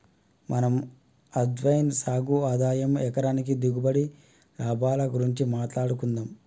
మనం అజ్వైన్ సాగు ఆదాయం ఎకరానికి దిగుబడి, లాభాల గురించి మాట్లాడుకుందం